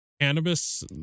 cannabis